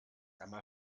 einmal